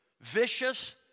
vicious